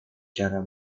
cara